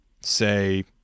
say